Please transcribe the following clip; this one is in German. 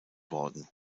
worden